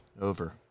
Over